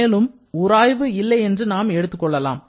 மேலும் உராய்வு இல்லை என்று நாம் எடுத்துக் கொள்ளலாம்